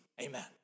Amen